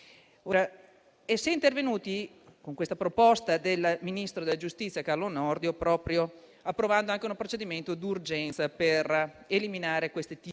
Si è intervenuti, con questa proposta del ministro della giustizia Carlo Nordio, approvando anche un procedimento d'urgenza per eliminare questo tipo